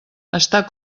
està